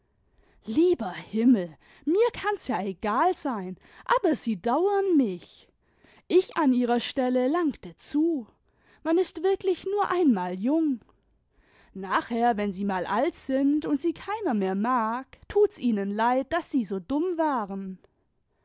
lieber himmel mir kann's ja egal sein aber sie dauern mich i ich an ihrer stelle langte zu man ist wirklich nur einmal jung nachher wenn sie mal alt sind und sie keiner mehr mag tut's ihnen leid daß sie so dumm waren